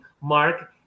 Mark